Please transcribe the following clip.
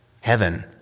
heaven